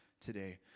today